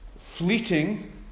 fleeting